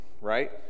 right